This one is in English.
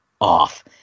off